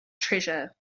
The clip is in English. treasure